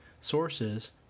Sources